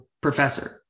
professor